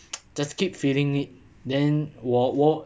just keep feeling it then 我我